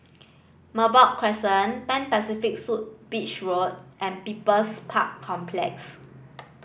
Merbok Crescent Pan Pacific Suite Beach Road and People's Park Complex